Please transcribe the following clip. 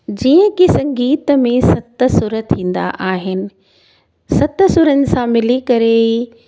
जीअं की संगीत में सत सुर थींदा आहिनि सत सुरनि सां मिली करे ई